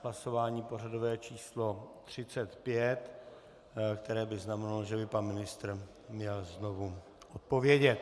Hlasování pořadové číslo 35, které by znamenalo, že by pan ministr měl znovu odpovědět.